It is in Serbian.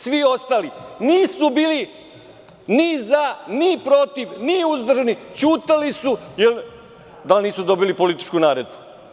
Svi ostali nisu bili ni za, ni protiv, ni uzdržani, ćutali su jer nisu dobili političku naredbu.